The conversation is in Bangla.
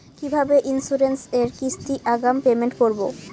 কিভাবে ইন্সুরেন্স এর কিস্তি আগাম পেমেন্ট করবো?